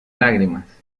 lágrimas